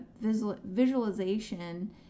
visualization